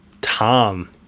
Tom